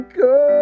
go